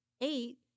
eight